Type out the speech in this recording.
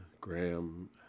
Graham